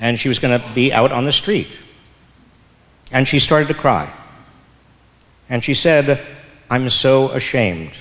and she was going to be out on the street and she started to cry and she said i'm so ashamed